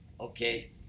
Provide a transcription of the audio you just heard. Okay